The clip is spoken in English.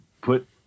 put